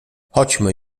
chodźmy